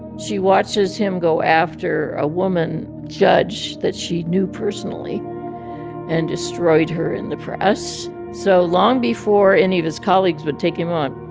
she watches him go after a woman judge that she knew personally and destroyed her in the press. so long before any of his colleagues would take him on,